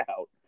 out